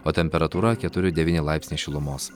o temperatūra keturi devyni laipsniai šilumos